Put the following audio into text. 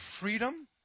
freedom